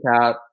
out